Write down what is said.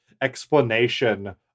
explanation